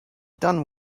done